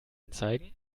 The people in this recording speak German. anzeigen